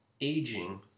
Aging